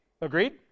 Agreed